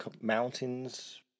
mountains